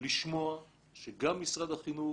לשמוע שגם משרד החינוך